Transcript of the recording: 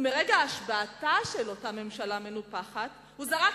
ומרגע השבעתה של אותה ממשלה מנופחת הוא זרק